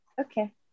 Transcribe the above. Okay